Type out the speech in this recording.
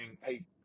hey